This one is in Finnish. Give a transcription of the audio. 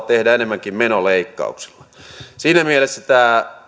tehdä enemmänkin menoleikkauksilla siinä mielessä tämä